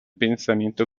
pensamiento